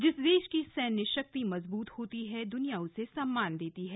जिस देश की सैन्य शक्ति मजबूत है दुनिया उसे सम्मान देती है